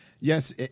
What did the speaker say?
yes